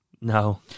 No